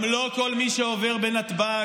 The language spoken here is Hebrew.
גם לא כל מי שעובר בנתב"ג,